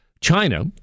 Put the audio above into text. China